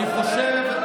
אני חושב,